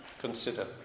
consider